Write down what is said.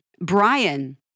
Brian